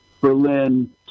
Berlin